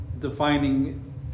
defining